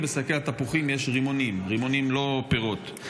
ובשקי התפוחים יש רימונים שהם לא פירות.